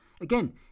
Again